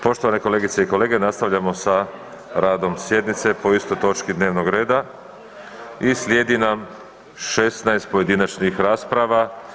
Poštovane kolegice i kolege, nastavljamo sa radom sjednice po istoj točki dnevnog reda i slijedi nam 16 pojedinačnih rasprava.